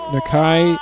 Nakai